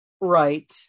right